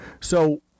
So-